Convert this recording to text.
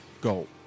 go